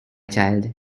child